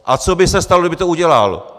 A co by se stalo, kdyby to udělal?